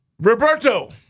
Roberto